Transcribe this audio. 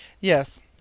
Yes